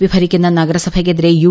P ഭരിക്കുന്ന നഗരസഭക്കെതിരെ you